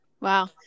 wow